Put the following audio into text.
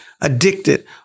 addicted